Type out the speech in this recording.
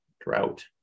drought